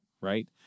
right